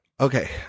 Okay